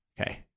okay